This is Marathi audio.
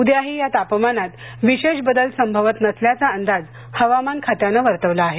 उद्याही या तापमानात विशेष बदल संभवत नसल्याचा अंदाज हवामान खात्यानं वर्तवला आहे